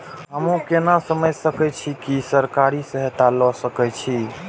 हमू केना समझ सके छी की सरकारी सहायता ले सके छी?